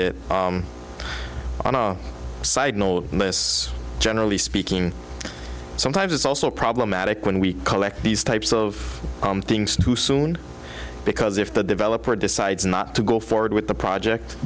there on our side nor most generally speaking sometimes it's also problematic when we collect these types of things too soon because if the developer decides not to go forward with the project